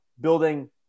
building